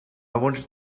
wanted